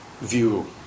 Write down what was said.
view